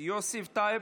יוסף טייב,